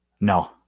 no